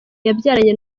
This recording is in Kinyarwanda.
yabyaranye